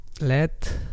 let